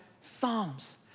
Psalms